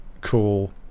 cool